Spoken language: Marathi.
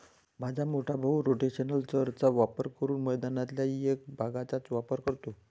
माझा मोठा भाऊ रोटेशनल चर चा वापर करून मैदानातल्या एक भागचाच वापर करतो